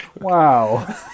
Wow